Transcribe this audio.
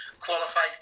qualified